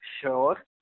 sure